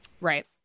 Right